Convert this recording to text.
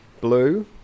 blue